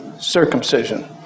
circumcision